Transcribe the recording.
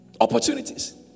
Opportunities